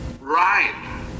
Right